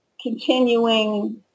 continuing